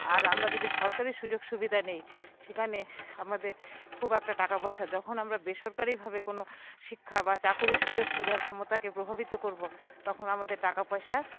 আর আমরা যদি সরকারি সুযোগ সুবিধা নিই সেখানে আমাদের খুব একটা টাকাপয়সা যখন আমরা বেসরকারিভাবে কোনো শিক্ষা বা চাকুরির সুযোগ খোঁজার ক্ষমতাকে প্রভাবিত করবো তখন আমাদের টাকাপয়সার